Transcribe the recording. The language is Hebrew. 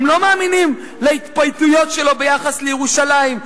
הם לא מאמינים להתפייטויות שלו ביחס לירושלים,